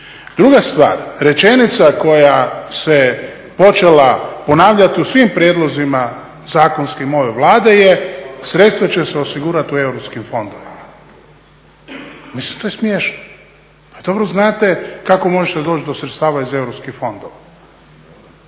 Druga stvar, rečenica koja se počela ponavljati u svim prijedlozima zakonskim ove Vlade je, sredstva će se osigurati u Europskim fondovima. Mislim, to je smiješno. Pa dobro znate kako možete doći do sredstava iz Europskih fondova.